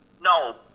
No